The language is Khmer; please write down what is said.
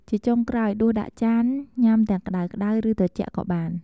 ជាចុងក្រោយ ដួសដាក់ចានញ៉ាំទាំងក្តៅៗ ឬត្រជាក់ក៏បាន។